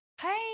Hey